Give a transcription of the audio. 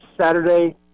Saturday